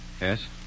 Yes